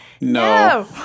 no